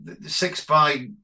six-by